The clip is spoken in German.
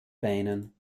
beinen